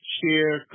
share